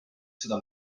seda